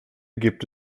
gibt